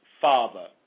Father